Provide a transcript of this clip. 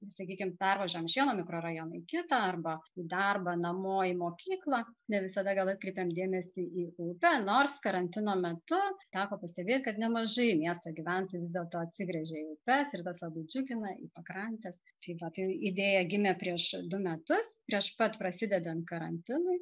sakykie pervažiuojam iš vieno mikrorajono į kitą arba į darbą namo į mokyklą ne visada gal atkreipiam dėmesį į upę nors karantino metu teko pastebėti kad nemažai miesto gyventojų vis dėlto atsigręžė į upes ir tas labai džiugina pakrantes tai va tai idėja gimė prieš du metus prieš pat prasidedant karantinui